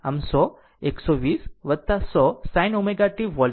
આમ 100 120 100 sin ω t volt